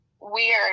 weird